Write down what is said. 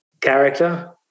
character